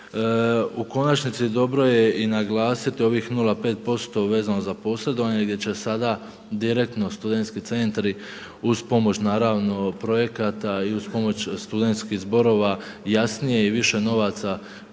U konačnici dobro je i naglasiti ovih 0,5% vezano za posredovanje gdje će sada direktno sada studentski centri uz pomoć naravno projekata i uz pomoć studentskih zborova jasnije i više novaca koristiti